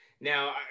Now